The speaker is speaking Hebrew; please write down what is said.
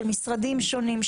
של משרדים שונים,